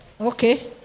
Okay